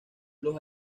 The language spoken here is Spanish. los